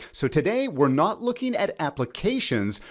so today we're not looking at applications,